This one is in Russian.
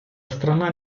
страна